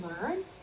learn